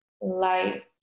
light